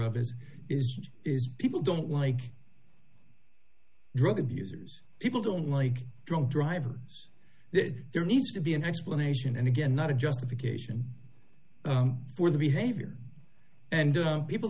of his people don't like drug abusers people don't like drunk driving there needs to be an explanation and again not a justification for the behavior and people